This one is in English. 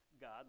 God